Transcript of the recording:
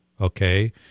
okay